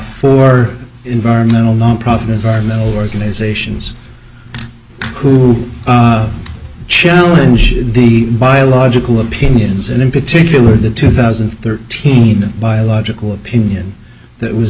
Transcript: four environmental nonprofit environmental organizations who challenge the biological opinions and in particular the two thousand and thirteen biological opinion that was